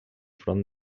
front